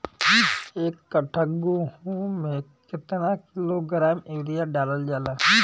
एक कट्टा गोहूँ में केतना किलोग्राम यूरिया डालल जाला?